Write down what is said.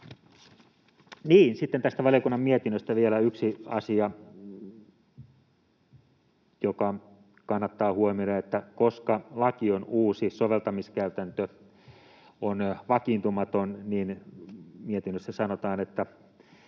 Sitten tästä valiokunnan mietinnöstä vielä yksi asia, joka kannattaa huomioida: Koska laki on uusi, soveltamiskäytäntö on vakiintumaton, niin mietinnössä sanotaan, että